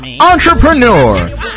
entrepreneur